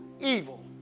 evil